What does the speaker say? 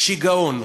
שיגעון.